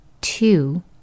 Two